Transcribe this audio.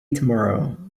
tomorrow